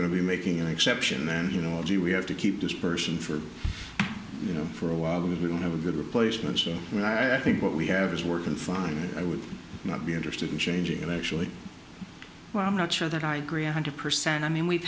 going to be making an exception then you know do we have to keep this person for you know for a while because we don't have a good replacement so what i think what we have is working fine i would not be interested in changing it actually well i'm not sure that i agree one hundred percent i mean we've